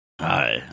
Hi